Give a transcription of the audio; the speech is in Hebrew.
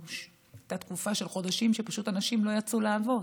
הייתה תקופה של חודשים שאנשים פשוט לא יצאו לעבוד,